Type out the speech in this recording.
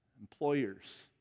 employers